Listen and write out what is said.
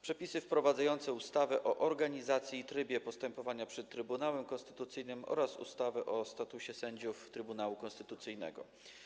Przepisy wprowadzające ustawę o organizacji i trybie postępowania przed Trybunałem Konstytucyjnym oraz ustawę o statusie sędziów Trybunału Konstytucyjnego.